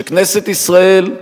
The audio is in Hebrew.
שכנסת ישראל,